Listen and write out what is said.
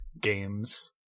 games